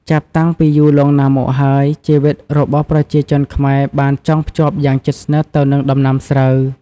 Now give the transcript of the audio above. ចាប់តាំងពីយូរលង់ណាស់មកហើយ ជីវិតរបស់ប្រជាជនខ្មែរបានចងភ្ជាប់យ៉ាងជិតស្និទ្ធទៅនឹងដំណាំស្រូវ។